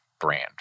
brand